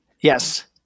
Yes